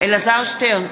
אלעזר שטרן,